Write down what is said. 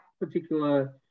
particular